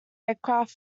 aircraft